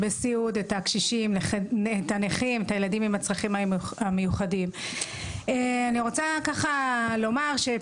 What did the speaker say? של נכים ושל ילדים עם צרכים מיוחדים על ידי